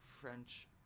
French